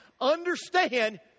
understand